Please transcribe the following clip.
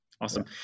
Awesome